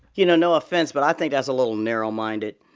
you know, no offense, but i think that's a little narrow-minded.